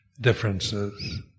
differences